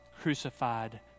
crucified